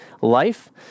life